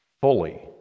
fully